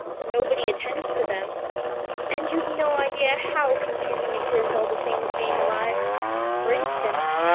nobody attends to them and you've no idea how confusing it is all the things being alive for instance,